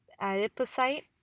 adipocyte